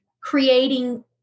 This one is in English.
creating